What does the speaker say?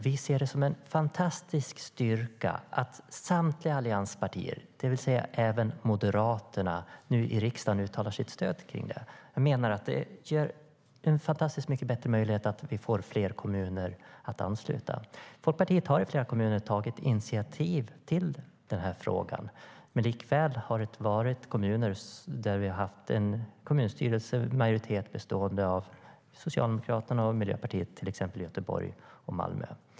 Vi ser det som en fantastisk styrka att samtliga allianspartier, även Moderaterna, uttalar sitt stöd för det. Det ger en mycket bättre möjlighet att få fler kommuner att ansluta sig. Folkpartiet har i flera kommuner tagit initiativ i denna fråga, men det har också skett i kommuner med en kommunstyrelsemajoritet bestående av Socialdemokraterna och Miljöpartiet, till exempel Göteborg och Malmö.